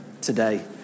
today